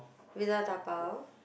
without dabao